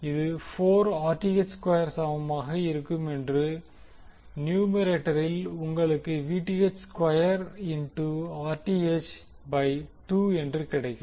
இது 4 Rth square சமமாக இருக்கும் மற்றும் நியூமெரேட்டரில் உங்களுக்கு Vth square into Rth by 2 என்று கிடைக்கும்